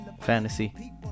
Fantasy